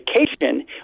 Education